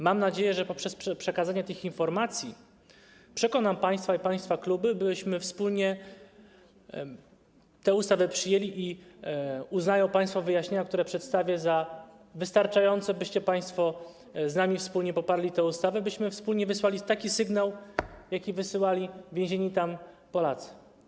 Mam nadzieję, że poprzez przekazanie tych informacji przekonam państwa i państwa kluby, byśmy wspólnie tę ustawę przyjęli, i że uznają państwo wyjaśnienia, które przedstawię, za wystarczające, byście państwo z nami wspólnie poparli tę ustawę, byśmy wspólnie wysłali taki sygnał, jaki wysyłali więzieni tam Polacy.